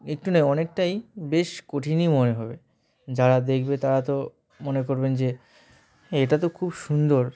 একটু নেই অনেকটাই বেশ কঠিনই মনে হবে যারা দেখবে তারা তো মনে করবেন যে এটা তো খুব সুন্দর